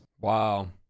wow